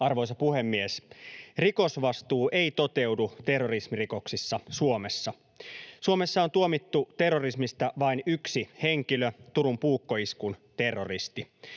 Arvoisa puhemies! Rikosvastuu ei toteudu terrorismirikoksissa Suomessa. Suomessa on tuomittu terrorismista vain yksi henkilö, Turun puukkoiskun terroristi.